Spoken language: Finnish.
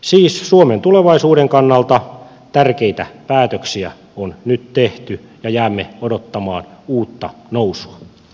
siis suomen tulevaisuuden kannalta tärkeitä päätöksiä on nyt tehty ja jäämme odottamaan uutta nousua